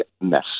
mess